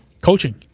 coaching